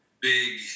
big